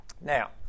Now